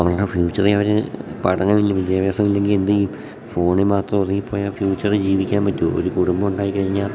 അവരുടെ ഫ്യൂച്ചറിൽ അവർ പഠനമില്ല വിദ്യാഭ്യാസം ഇല്ലെങ്കിൽ എന്തു ചെയ്യും ഫോണിൽ മാത്രം ഒതുങ്ങി പോയാൽ ഫ്യൂച്ചറിൽ ജീവിക്കാൻ പറ്റുമോ ഒരു കുടുംബം ഉണ്ടായി കഴിഞ്ഞാൽ